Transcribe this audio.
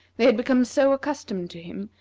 they had become so accustomed to him,